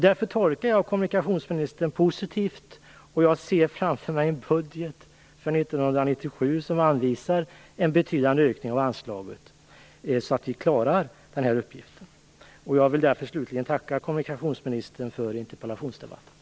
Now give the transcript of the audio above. Därför tolkar jag kommunikationsministern positivt, och jag ser framför mig en budget för 1997 som innebär en betydande ökning av anslaget så att vi kan klara uppgiften. Slutligen vill jag tacka kommunikationsministern för den här interpellationsdebatten.